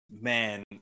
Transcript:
man